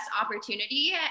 opportunity